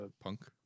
punk